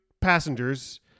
passengers